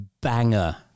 banger